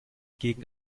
gegen